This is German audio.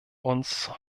uns